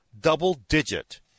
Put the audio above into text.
double-digit